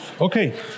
okay